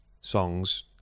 songs